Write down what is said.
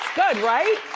good, right?